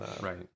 Right